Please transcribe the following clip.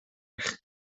eich